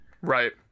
Right